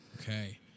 Okay